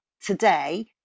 today